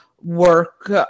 work